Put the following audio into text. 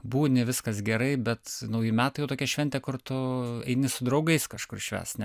būni viskas gerai bet nauji metai jau tokia šventė kur tu eini su draugais kažkur švęst ne